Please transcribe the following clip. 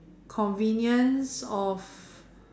convenience of